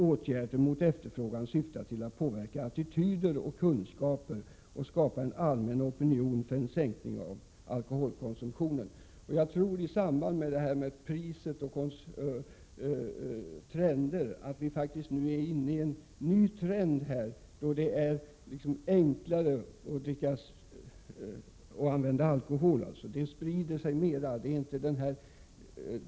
Åtgärder mot efterfrågan syftar till att e påverka attityder och kunskaper och skapa en allmän opinion för en sänkning av alkoholkonsumtionen ———.” Jag tror alltså faktiskt att vi nu möter en ny trend. Bruket sprider sig mera. De motkrafter som tidigare fanns har vi inte längre.